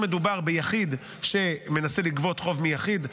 אם מדובר ביחיד שמנסה לגבות חוב מיחיד,